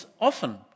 often